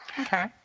Okay